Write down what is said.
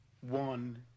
One